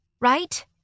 right